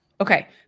Okay